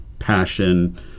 passion